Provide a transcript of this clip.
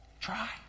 try